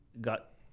got